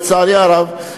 לצערי הרב,